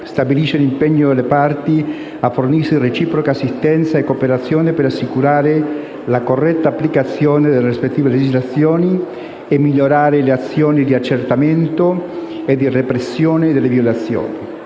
stabilisce l'impegno delle parti a fornirsi reciproca assistenza e cooperazione per assicurare la corretta applicazione delle rispettive legislazioni e migliorare le azioni di accertamento e repressione delle violazioni.